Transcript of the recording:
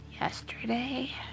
yesterday